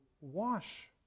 wash